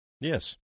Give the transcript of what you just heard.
yes